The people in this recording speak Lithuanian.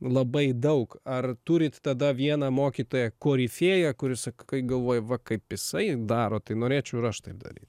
labai daug ar turit tada vieną mokytoją korifėją kuris kai galvoji va kaip jisai daro tai norėčiau ir aš taip daryt